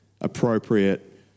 appropriate